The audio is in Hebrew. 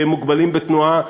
שהם מוגבלים בתנועה,